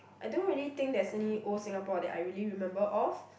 I don't really think there's any old Singapore that I really remember of